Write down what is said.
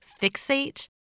fixate